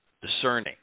discerning